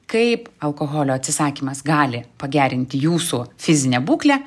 kaip alkoholio atsisakymas gali pagerinti jūsų fizinę būklę